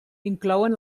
inclouen